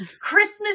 Christmas